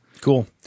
Cool